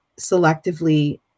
selectively